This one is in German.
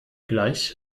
gleich